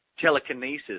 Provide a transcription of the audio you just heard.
telekinesis